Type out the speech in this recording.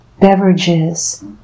beverages